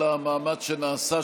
על המאמץ שנעשה,